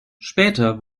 später